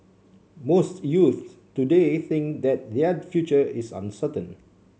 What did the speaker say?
most youths today think that their future is uncertain